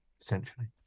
essentially